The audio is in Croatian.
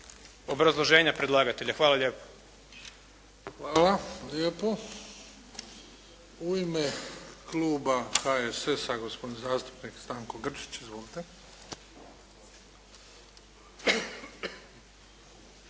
obrazloženja predlagatelja. Hvala lijepo. **Bebić, Luka (HDZ)** Hvala lijepo. U ime kluba HSS-a, gospodin zastupnik Stanko Grčić. Izvolite.